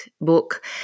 book